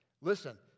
listen